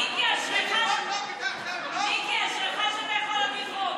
מיקי, אשריך שאתה יכול להביא חוק.